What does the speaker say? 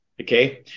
Okay